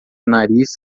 nariz